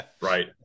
Right